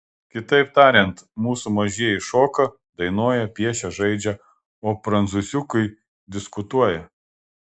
kitaip tariant mūsų mažieji šoka dainuoja piešia žaidžia o prancūziukai diskutuoja